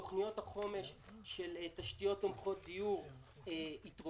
תוכניות החומש של תשתיות תומכות דיור התרוקנו,